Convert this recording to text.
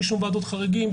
בלי שום ועדות חריגים,